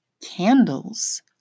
Candles